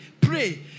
pray